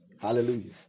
Hallelujah